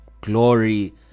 glory